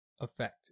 effect